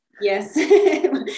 Yes